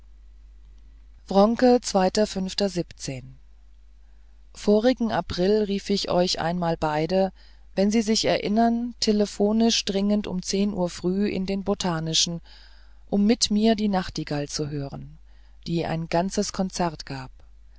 wronke vorigen april rief ich euch einmal beide wenn sie sich erinnern telephonisch dringend um uhr früh in den botanischen um mit mir die nachtigall zu hören die ein ganzes konzert gab